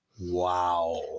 Wow